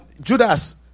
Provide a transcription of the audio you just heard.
Judas